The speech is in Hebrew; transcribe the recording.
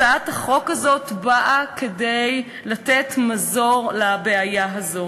הצעת החוק הזאת באה כדי לתת מזור לבעיה הזאת.